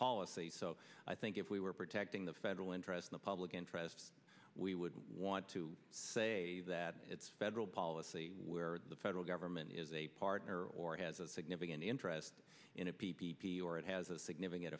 policy so i think if we were protecting the federal interest in the public interest we would want to say that it's federal policy where the federal government is a partner or has a significant interest in a p p p or it has a significant